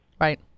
right